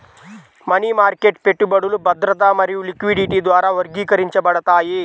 money market పెట్టుబడులు భద్రత మరియు లిక్విడిటీ ద్వారా వర్గీకరించబడతాయి